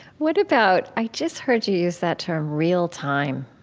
what about i just heard you use that term, real time.